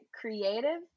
creative